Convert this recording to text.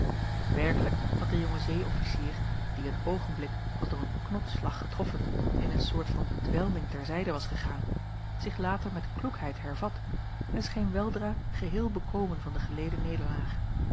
werkelijk had de jonge zee officier die een oogenblik als door een knodsslag getroffen in een soort van bedwelming ter zijde was gegaan zich later met kloekheid hervat en scheen weldra geheel bekomen van de geleden nederlaag